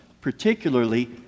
particularly